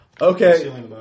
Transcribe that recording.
Okay